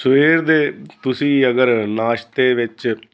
ਸਵੇਰ ਦੇ ਤੁਸੀਂ ਅਗਰ ਨਾਸ਼ਤੇ ਵਿੱਚ